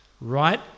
Right